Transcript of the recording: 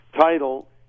title